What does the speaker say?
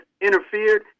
interfered